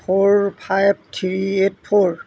four five three eight four